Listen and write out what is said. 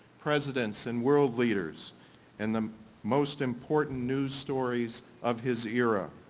presidents and world leaders and the most important news stories of his era.